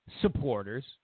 supporters